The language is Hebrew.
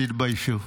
תתביישו.